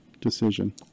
decision